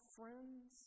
friends